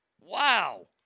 Wow